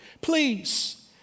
please